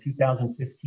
2015